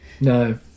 No